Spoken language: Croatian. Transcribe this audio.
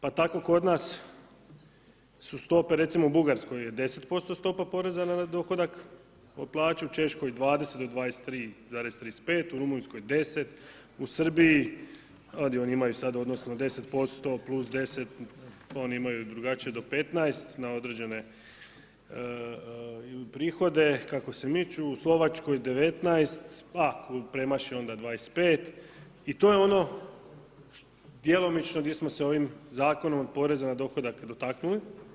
Pa tako kod nas su stope recimo u Bugarskoj je 10% stopa poreza na dohodak, plaću u Češkoj 20 do 23,35, u Rumunjskoj 10, u Srbiji, ajde oni imaju sada, odnosno 10% + 10, oni imaju drugačije do 15 na određene prihode kako se miču u Slovačkoj 19, ako premaši onda 25 i to je ono djelomično gdje smo se ovim Zakonom o porezu na dohodak dotaknuli.